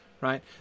right